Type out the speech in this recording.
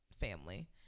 family